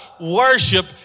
worship